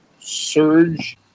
surge